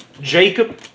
Jacob